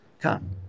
come